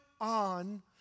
on